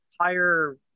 higher